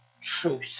truth